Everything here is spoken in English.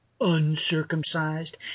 uncircumcised